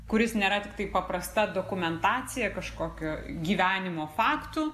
kuris nėra tiktai paprasta dokumentacija kažkokio gyvenimo faktų